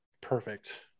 perfect